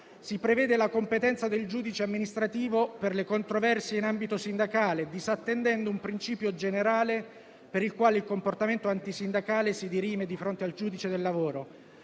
Si prevede la competenza del giudice amministrativo per le controversie in ambito sindacale, disattendendo un principio generale, per il quale il comportamento antisindacale si dirime di fronte al giudice del lavoro.